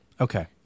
Okay